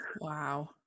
Wow